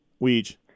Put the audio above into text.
Weege